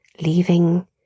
leaving